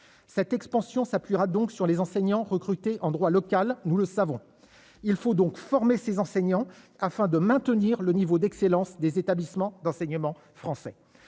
cette expansion s'appuiera donc sur les enseignants recrutés en droit local, nous le savons, il faut donc former ces enseignants afin de maintenir le niveau d'excellence des établissements d'enseignement français,